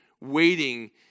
waiting